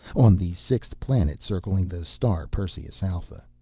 on the sixth planet circling the star perseus alpha.